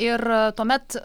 ir tuomet